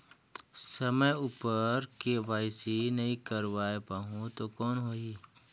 समय उपर के.वाई.सी नइ करवाय पाहुं तो कौन होही?